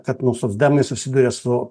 kad nusukdami susiduria su